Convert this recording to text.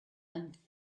and